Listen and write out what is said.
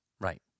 Right